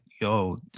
yo